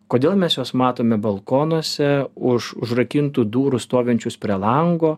kodėl mes juos matome balkonuose už užrakintų durų stovinčius prie lango